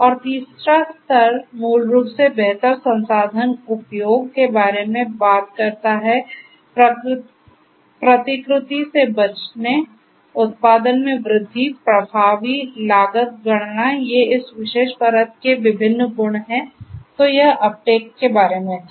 और तीसरा स्तर मूल रूप से बेहतर संसाधन उपयोग के बारे में बात करता है प्रतिकृति से बचने उत्पादन में वृद्धि प्रभावी लागत गणना ये इस विशेष परत के विभिन्न गुण हैं तो यह अपटेक के बारे में था